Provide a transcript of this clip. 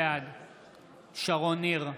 בעד שרון ניר,